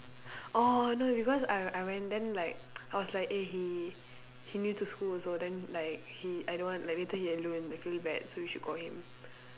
orh no because I I went then like I was like eh he he new to school also then like he I don't want like later he alone I feel bad so we should call him